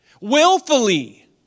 willfully